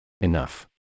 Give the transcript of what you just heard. enough